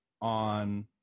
on